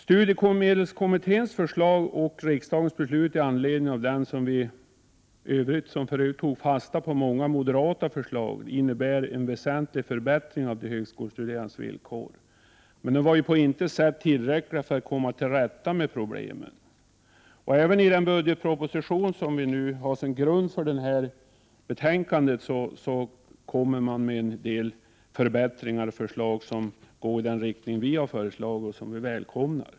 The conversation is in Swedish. Studiemedelskommitténs förslag och riksdagens beslut — som i övrigt tagit fasta på många moderata förslag — innebär en väsentlig förbättring av de högskolestuderandes villkor, men detta är på intet sätt tillräckligt för att vi skall komma till rätta med problemen. Även i den budgetproposition som ligger till grund för detta betänkande föreslås en del förbättringar i den av oss föreslagna riktningen, vilket vi välkomnar.